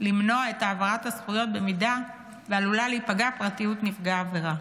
למנוע את העברת הזכויות אם עלולה להיפגע פרטיות נפגע העבירה.